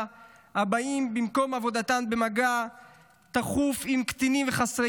הבאים במקום עבודתם במגע תכוף עם קטינים וחסרי